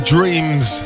Dreams